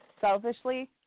selfishly